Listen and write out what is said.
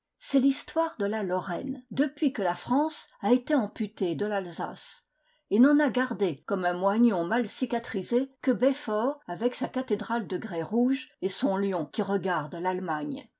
c'est l'histoire de la lorraine depuis que la france a été amputée de l'alsace et n'en a gardé comme un moignon mal cicatrisé que belfort avec sa cathédrale de grès rouge et son lion qui regarde l'allemagne